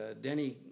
Denny